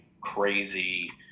crazy